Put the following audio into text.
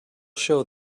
show